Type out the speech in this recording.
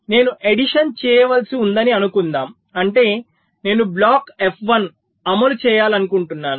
నేను ఎడిషన్ చేయవలసి ఉందని అనుకుందాం అంటే నేను బ్లాక్ F1 అమలు చేయాలనుకుంటున్నాను